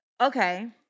Okay